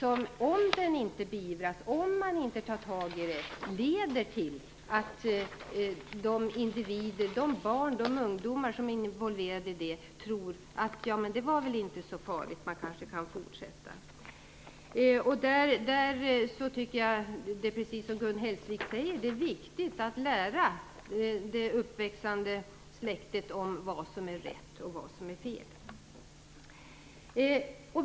Om den inte beivras och man inte ingriper leder det till att de individer, de barn och ungdomar, som är involverade tror att det inte var så farligt och att de kanske kan fortsätta. Där tycker jag att det är precis som Gun Hellsvik säger. Det är viktigt att lära det uppväxande släktet vad som är rätt och vad som är fel.